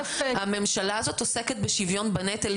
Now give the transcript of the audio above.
הממשלה הזאת עוסקת בשוויון בנטל,